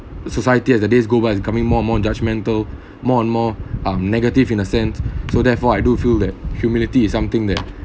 the society as the days go by is becoming more more judgmental more and more um negative in a sense so therefore I do feel that humility is something that